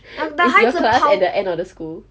is your class at the end of the school